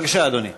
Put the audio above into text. בבקשה, אדוני.